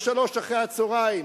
ב-15:00,